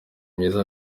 myiza